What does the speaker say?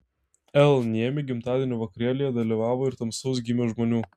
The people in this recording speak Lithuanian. l niemi gimtadienio vakarėlyje dalyvavo ir tamsaus gymio žmonių